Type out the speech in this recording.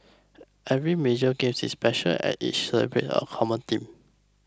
every major games is special and each celebrates a common theme